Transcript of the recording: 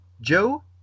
Joe